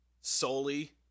solely